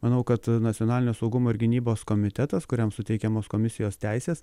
manau kad nacionalinio saugumo ir gynybos komitetas kuriam suteikiamos komisijos teisės